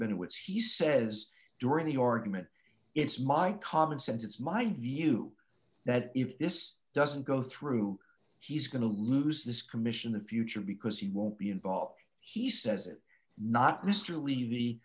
rubin which he says during the argument it's my common sense it's my view that if this doesn't go through he's going to lose this commission the future because he won't be involved he says it not mr levy